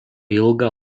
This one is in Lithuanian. ilgą